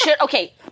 okay